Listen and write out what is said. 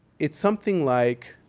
it's something like